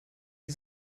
die